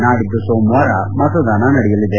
ನಾಡಿದ್ದು ಸೋಮವಾರ ಮತದಾನ ನಡೆಯಲಿದೆ